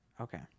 Okay